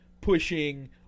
pushing